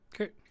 Okay